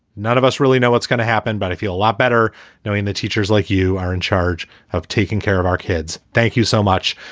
none of us really know what's going to happen, but i feel a lot better knowing the teachers like you are in charge of taking care of our kids. thank you so much.